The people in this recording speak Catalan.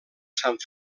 sant